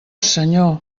senyor